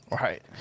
Right